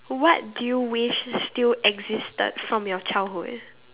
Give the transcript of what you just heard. what do you wish still existed from your childhood